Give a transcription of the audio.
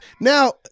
Now-